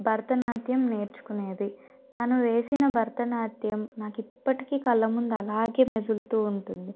భరతనాట్యం నేర్చుకునేది తను వేసిన భారతనాట్యం నాకు ఇప్పటికి కళ్ళముందు అలాగే మెదులుతు ఉంటుంది